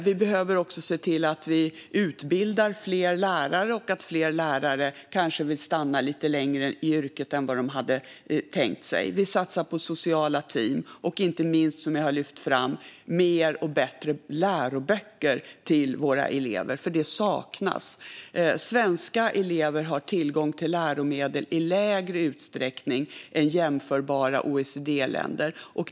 Vi behöver se till att utbilda fler lärare och att fler lärare kanske vill stanna lite längre i yrket än vad de hade tänkt sig. Vi satsar vidare på sociala team och inte minst, vilket jag har lyft fram, fler och bättre läroböcker till eleverna. Det saknas. Svenska elever har tillgång till läromedel i mindre utsträckning än i jämförbara OECD-länder.